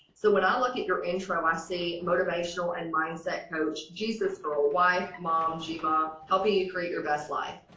so when i look at your intro i ah see motivational and mindset coach. jesus for a wife, mom jima, helping you create your best life,